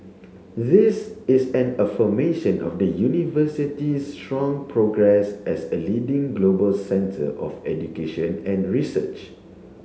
this is an affirmation of the University's strong progress as a leading global centre of education and research